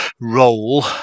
role